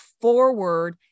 forward